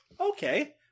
Okay